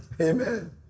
Amen